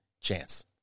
chance